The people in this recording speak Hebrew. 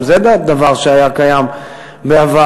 גם זה דבר שהיה קיים בעבר.